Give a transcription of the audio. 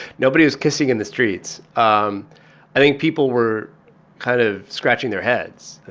nobody was kissing in the streets. um i think people were kind of scratching their heads